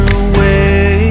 away